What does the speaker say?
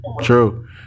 true